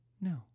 No